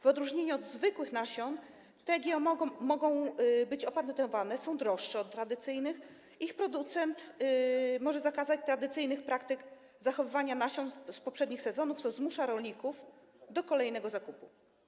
W odróżnieniu od zwykłych nasion te GMO mogą być opatentowane, są droższe od tradycyjnych, a ich producent może zakazać tradycyjnych praktyk zachowywania nasion z poprzednich sezonów, co zmusza rolników do kolejnego zakupu.